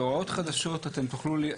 בהוראות חדשות אתם תוכלו,